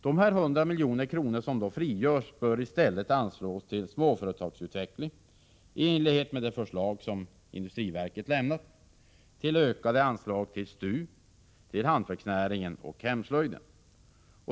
De 100 milj.kr. som då frigörs bör i stället anslås till småföretagsutveckling i enlighet med det förslag som industriverket lämnat, till ökade anslag till STU, till hantverksnäringen och till hemslöjden.